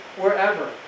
wherever